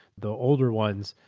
the older ones,